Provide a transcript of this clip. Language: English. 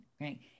right